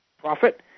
profit